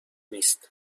نیست